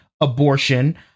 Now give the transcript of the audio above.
abortion